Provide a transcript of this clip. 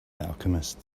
alchemist